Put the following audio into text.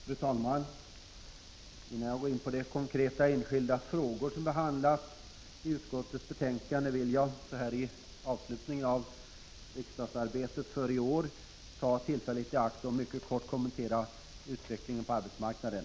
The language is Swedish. Fru talman! Innan jag går in på de konkreta enskilda frågor som behandlas iutskottets betänkande vill jag — så här i avslutningen av riksdagsarbetet för i år — ta tillfället i akt och mycket kort kommentera utvecklingen på arbetsmarknaden.